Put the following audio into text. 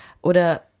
oder